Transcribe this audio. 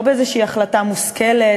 לא באיזושהי החלטה מושכלת,